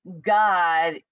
God